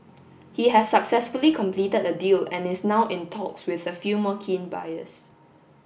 he has successfully completed a deal and is now in talks with a few more keen buyers